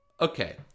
Okay